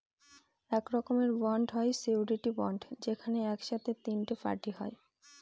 এক রকমের বন্ড হয় সিওরীটি বন্ড যেখানে এক সাথে তিনটে পার্টি হয়